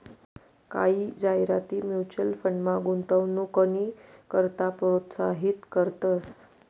कायी जाहिराती म्युच्युअल फंडमा गुंतवणूकनी करता प्रोत्साहित करतंस